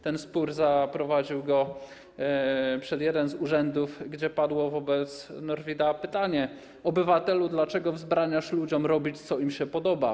Ten spór zaprowadził go przed jeden z urzędów, gdzie padło wobec Norwida pytanie: Obywatelu, dlaczego wzbraniasz ludziom robić, co im się podoba?